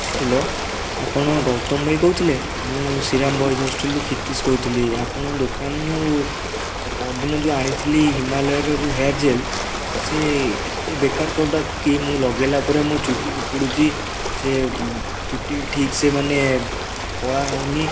hello ଆପଣ ଗୌତମ ଭାଇ କହୁଥିଲେ ମୁଁ ଶ୍ରୀରାମ ବଏଜ ହୋଷ୍ଟେଲରୁ କ୍ଷିତିଶ କହୁଥିଲି ଆପଣଙ୍କ ଦୋକାନରୁ ପରଦିନ ଯେଉଁ ଆଣିଥିଲି ହିମାଳୟର ଯେଉଁ ହେୟାର ଜେଲ୍ ସେ ଏତେ ବେକାର ପ୍ରଡ଼କ୍ଟ କି ମୁଁ ଲଗେଇଲା ପରେ ମୁଁ ଚୁଟି ଉପୁଡ଼ୁଛି ସେ ଚୁଟି ଠିକ୍ ସେ ମାନେ କଳା ହଉନି